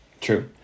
True